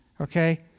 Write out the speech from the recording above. okay